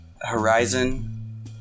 Horizon